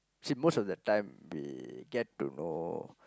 see most of the time we get to know